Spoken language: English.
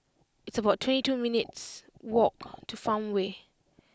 it's about twenty two minutes' walk to Farmway